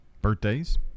Birthdays